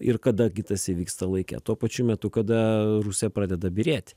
ir kada gi tas įvyksta laike tuo pačiu metu kada rusija pradeda byrėti